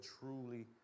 truly